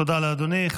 תודה לאדוני.